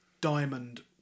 diamond